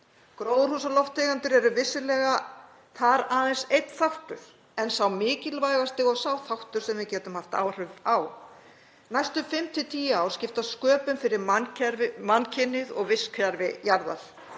Gróðurhúsalofttegundir eru vissulega þar aðeins einn þáttur en sá mikilvægasti og sá þáttur sem við getum haft áhrif á. Næstu fimm til tíu ár skipta sköpum fyrir mannkynið og vistkerfi jarðar.